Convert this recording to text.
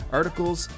articles